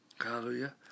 Hallelujah